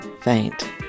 faint